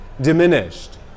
diminished